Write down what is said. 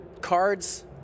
cards